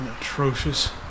atrocious